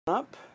up